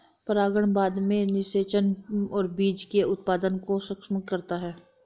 परागण बाद में निषेचन और बीज के उत्पादन को सक्षम करता है